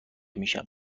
میشم